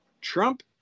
trump